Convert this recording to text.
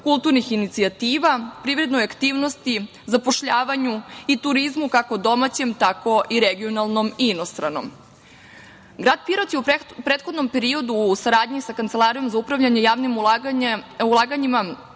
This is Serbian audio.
kulturnih inicijativa, privrednoj aktivnosti, zapošljavanju i turizmu, kako domaćem tako i regionalnom i inostranom. Grad Pirot je u prethodnom periodu u saradnji sa Kancelarijom za upravljanje javnim ulaganjima